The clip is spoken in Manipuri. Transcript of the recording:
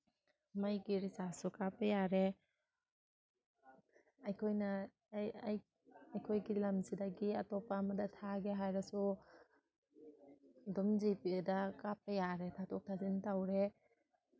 ꯃꯩꯒꯤ ꯔꯤꯆꯥꯔꯖꯁꯨ ꯀꯥꯞꯄ ꯌꯥꯔꯦ ꯑꯩꯈꯣꯏꯅ ꯑꯩꯈꯣꯏꯒꯤ ꯂꯝꯁꯤꯗꯒꯤ ꯑꯇꯣꯞꯄ ꯑꯃꯗ ꯊꯥꯒꯦ ꯍꯥꯏꯔꯁꯨ ꯑꯗꯨꯝ ꯖꯤ ꯄꯦꯗ ꯀꯥꯞꯄ ꯌꯥꯔꯦ ꯊꯥꯗꯣꯛ ꯊꯥꯖꯤꯟ ꯇꯧꯔꯦ